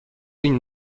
viņu